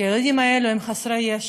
כי הילדים האלה הם חסרי ישע,